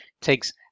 takes